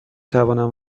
توانم